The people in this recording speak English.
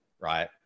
Right